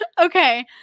Okay